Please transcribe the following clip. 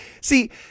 see